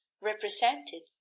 represented